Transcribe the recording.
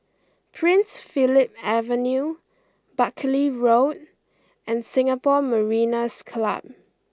Prince Philip Avenue Buckley Road and Singapore Mariners' Club